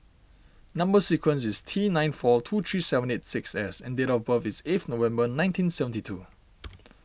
Number Sequence is T nine four two three seven eight six S and date of birth is eighth November nineteen seventy two